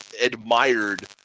admired